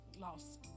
lost